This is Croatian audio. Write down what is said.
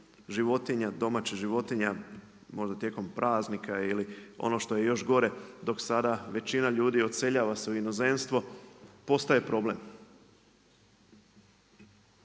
životinja, domaćih životinja možda tijekom praznika ili ono što je još gore, dok sada većina ljudi odseljava se u inozemstvo postaje problem.